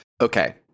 okay